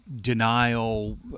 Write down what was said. denial